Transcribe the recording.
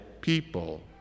people